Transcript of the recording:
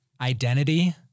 identity